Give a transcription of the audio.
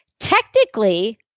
Technically